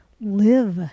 live